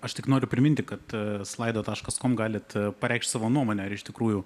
aš tik noriu priminti kad slaido taškas kom galit pareikšti savo nuomonę ar iš tikrųjų